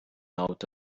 out